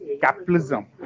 capitalism